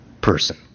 person